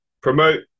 promote